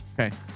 Okay